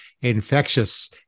infectious